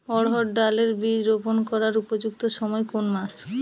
অড়হড় ডাল এর বীজ রোপন করার উপযুক্ত সময় কোন কোন মাস?